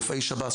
רופאי שב"ס,